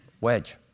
Wedge